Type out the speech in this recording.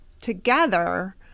together